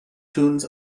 tunes